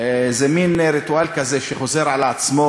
זה מין ריטואל כזה שחוזר על עצמו,